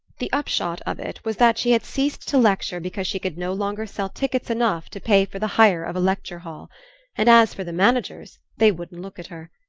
the upshot of it was that she had ceased to lecture because she could no longer sell tickets enough to pay for the hire of a lecture-hall and as for the managers, they wouldn't look at her.